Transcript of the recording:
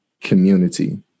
community